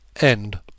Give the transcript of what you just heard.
End